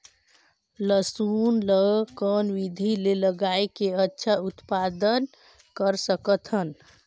लसुन ल कौन विधि मे लगाय के अच्छा उत्पादन कर सकत हन?